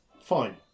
Fine